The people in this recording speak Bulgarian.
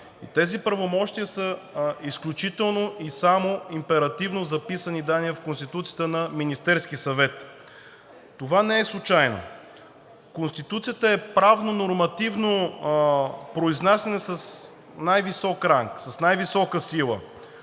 тези правомощия са изключително и само императивно записани и дадени в Конституцията на Министерския съвет. Това не е случайно! Конституцията е правно-нормативно произнасяне с най-висок ранг, с най-висока сила